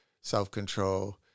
self-control